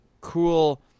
cool